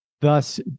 Thus